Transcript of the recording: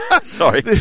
Sorry